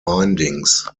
bindings